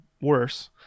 worse